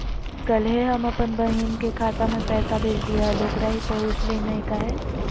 कल्हे हम अपन बहिन के खाता में पैसा भेजलिए हल, ओकरा ही पहुँचलई नई काहे?